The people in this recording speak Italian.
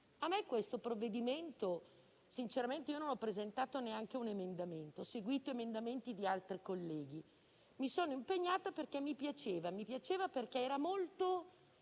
A questo provvedimento sinceramente non ho presentato neanche un emendamento, ma ho seguito emendamenti di altri colleghi. Mi sono impegnata perché mi piaceva, perché era un